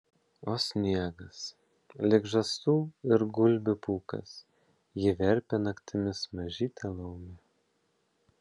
o sniegas lyg žąsų ir gulbių pūkas jį verpia naktimis mažytė laumė